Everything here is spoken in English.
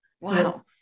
wow